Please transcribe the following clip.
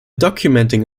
documenting